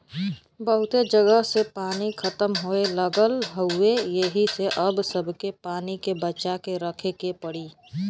बहुते जगह से पानी खतम होये लगल हउवे एही से अब सबके पानी के बचा के रखे के पड़ी